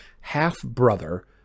half-brother